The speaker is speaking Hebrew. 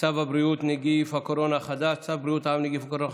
צו בריאות העם (נגיף הקורונה החדש) אושר.